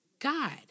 God